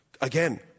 Again